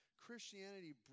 Christianity